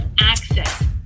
access